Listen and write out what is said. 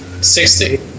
Sixty